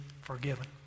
forgiven